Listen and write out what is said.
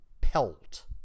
pelt